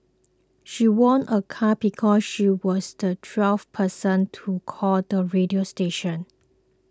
she won a car because she was the twelfth person to call the radio station